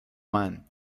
man